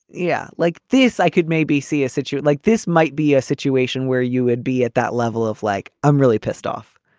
yeah. like this i could maybe see a statue like this might be a situation where you would be at that level of like, i'm really pissed off